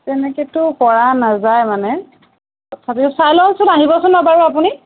তেনেকৈতো কৰা নাযায় মানে তথাপিতো চাই লওঁচোন আহিবচোন বাৰু আপুনি